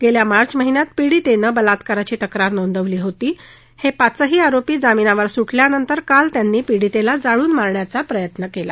गेल्या मार्च महिन्यात पीडितेनं बलात्काराची तक्रार नोंदवली होती हे पाचही आरोपी जामिनावर सुटल्यानंतर काल त्यांनी पीडितेला जाळून मारण्याचा प्रयत्न केला